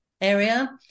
area